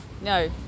no